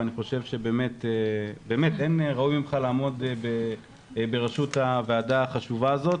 ואני חושב שבאמת אין ראוי ממך לעמוד בראשות הוועדה החשובה הזאת.